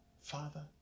Father